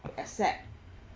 accept